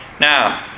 Now